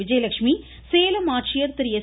விஜயலட்சுமி சேலம் ஆட்சியர் எஸ்